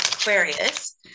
Aquarius